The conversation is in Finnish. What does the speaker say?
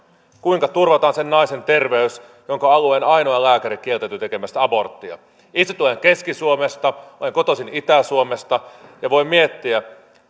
kuinka turvataan sen naisen terveys jonka alueen ainoa lääkäri kieltäytyy tekemästä aborttia itse tulen keski suomesta olen kotoisin itä suomesta ja voin miettiä että